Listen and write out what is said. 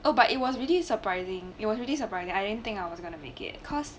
oh but it was really surprising it was really surprising I didn't think I was going to make it cause